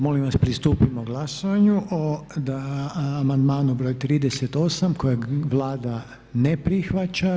Molim vas pristupimo glasovanju o amandmanu broj 38. kojeg Vlada ne prihvaća.